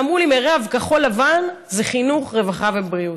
אמרו לי: מירב, כחול-לבן זה חינוך, רווחה ובריאות.